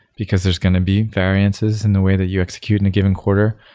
because there's going to be variances in the way that you execute in a given quarter,